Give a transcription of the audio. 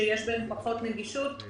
שיש בהם פחות נגישות,